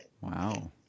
Wow